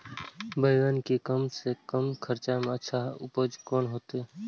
बेंगन के कम से कम खर्चा में अच्छा उपज केना होते?